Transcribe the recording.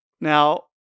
Now